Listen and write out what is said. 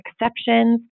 exceptions